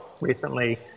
recently